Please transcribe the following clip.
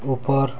ଉପର